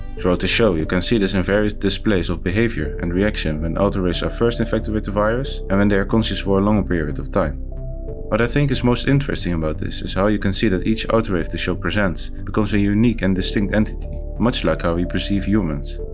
throughout the show you can see this in various displays of behaviour and reaction and when autoreivs are first infected with the virus and when they are conscious for a longer period of time. what i think is most interesting about this is how you can see that each autoreiv the show presents becomes a unique and distinct entity, much like how we perceive humans.